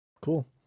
Cool